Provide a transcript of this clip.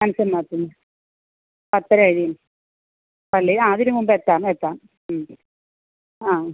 മനഃസമ്മതത്തിന് പത്തര കഴിയും പള്ളി ആ അതിന് മുമ്പെത്താം എത്താം ആ